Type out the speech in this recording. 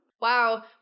Wow